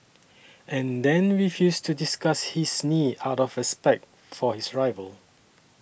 and then refused to discuss his knee out of respect for his rival